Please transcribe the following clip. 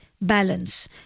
balance